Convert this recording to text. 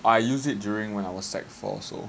I use it during when I was sec four so